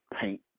paint